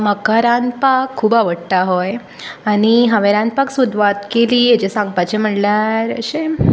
म्हाका रांदपाक खूब आवडटा हय आनी हांवेन रांदपाक सुरवात केली हेजे सांगपाचें म्हळ्यार अशें